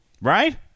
Right